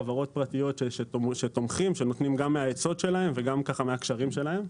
חברות פרטיות שתומכות ונותנות גם מהעצות שלהן וגם מהקשרים שלהן.